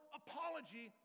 apology